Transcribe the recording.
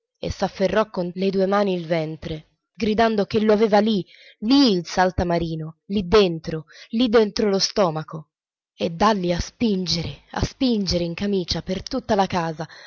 e s'afferrò con le due mani il ventre gridando che lo aveva lì lì il saltamartino lì dentro lì dentro lo stomaco e dalli a springare a springare in camicia per tutta la casa